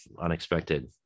unexpected